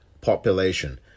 population